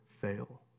fail